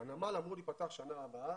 הנמל אמור להיפתח בשנה הבאה,